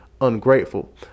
ungrateful